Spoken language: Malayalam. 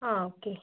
ആ ഓക്കെ